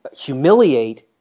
humiliate